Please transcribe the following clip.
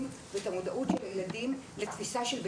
ואת המודעות של הילדים לתפיסה של בטיחות.